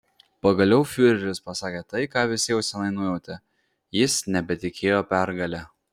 pagaliau fiureris pasakė tai ką visi jau seniai nujautė jis nebetikėjo pergale